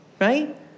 right